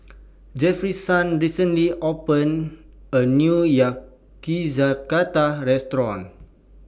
Jefferson recently opened A New Yakizakana Restaurant